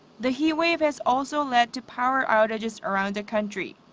the heat wave has also led to power outages around the country.